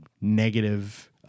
negative